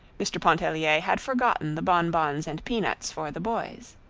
mr. pontellier had forgotten the bonbons and peanuts for the boys.